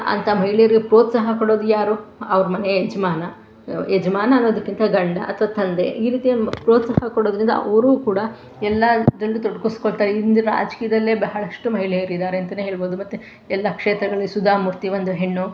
ಅಂತ ಮಹಿಳೆಯರಿಗೆ ಪ್ರೋತ್ಸಾಹ ಕೊಡೋದು ಯಾರು ಅವ್ರ ಮನೆ ಯಜಮಾನ ಯಜಮಾನ ಅನ್ನೋದಕ್ಕಿಂತ ಗಂಡ ಅಥ್ವಾ ತಂದೆ ಈ ರೀತಿಯ ಪ್ರೋತ್ಸಾಹ ಕೊಡೋದ್ರಿಂದ ಅವ್ರೂ ಕೂಡ ಎಲ್ಲದ್ರಲ್ಲೂ ತೊಡಗಿಸ್ಕೊಳ್ತಾ ಇಂದ ರಾಜಕೀಯದಲ್ಲೇ ಬಹಳಷ್ಟು ಮಹಿಳೆಯರಿದ್ದಾರೆ ಅಂತಲೇ ಹೇಳ್ಬೋದು ಮತ್ತು ಎಲ್ಲ ಕ್ಷೇತ್ರಗಳಲ್ಲಿ ಸುಧಾ ಮೂರ್ತಿ ಒಂದು ಹೆಣ್ಣು